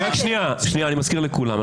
אני מזכיר לכולם,